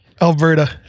Alberta